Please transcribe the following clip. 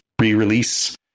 re-release